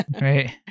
Right